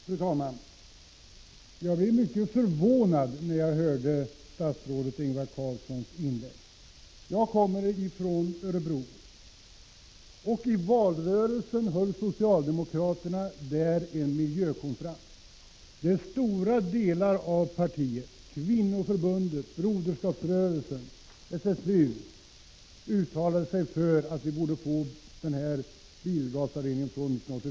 Fru talman! Jag blev mycket förvånad när jag hörde statsrådet Ingvar Carlssons inlägg. Jag kommer från Örebro, och under valrörelsen höll socialdemokraterna en miljökonferens där. Stora delar av partiet, Kvinnoförbundet, Broderskapsrörelsen och SSU uttalade sig där för att bilavgasrening borde införas från 1987.